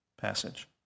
passage